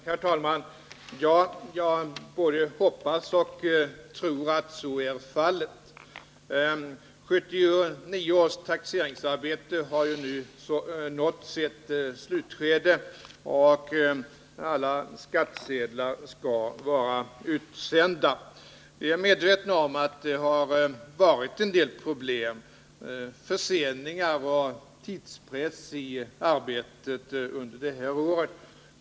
Herr talman! Ja, jag både hoppas och tror att så blir fallet. 1979 års taxeringsarbete har ju nu nått sitt slutskede och alla skattsedlar skall vara utsända. Vi är medvetna om att det har varit en del problem, förseningar och tidspress i arbetet under det här året.